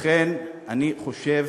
לכן אני חושב